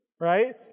right